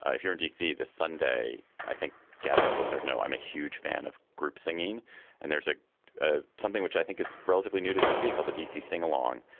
ah if you're in d c. this sunday, i think gabfests listeners know i'm a huge fan of group singing and there's ah ah something which i think is relatively new to d c. called the d c. sing along.